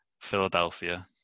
Philadelphia